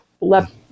left